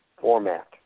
format